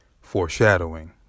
foreshadowing